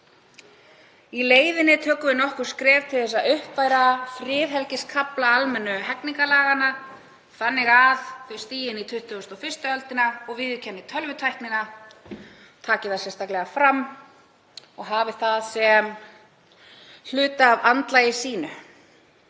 Í leiðinni tökum við nokkur skref til að uppfæra friðhelgiskafla almennu hegningarlaganna þannig að þau stigi inn í 21. öldina og viðurkenni tölvutæknina, taki það sérstaklega fram og hafi það sem hluta af andlagi sínu.